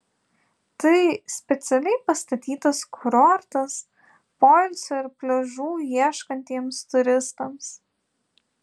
tai specialiai pastatytas kurortas poilsio ir pliažų ieškantiems turistams